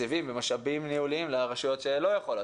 בתקציבים ובמשאבים ניהוליים לרשויות שלא יכולות,